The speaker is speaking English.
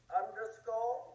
underscore